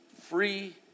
free